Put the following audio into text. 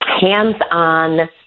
hands-on